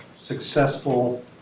successful